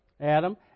Adam